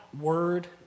word